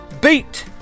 Beat